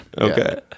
Okay